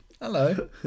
hello